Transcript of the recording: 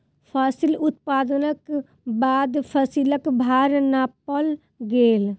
फसिल उत्पादनक बाद फसिलक भार नापल गेल